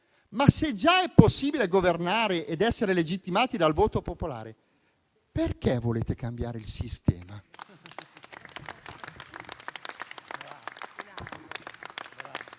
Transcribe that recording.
ma se già è possibile governare ed essere legittimati dal voto popolare, perché volete cambiare il sistema?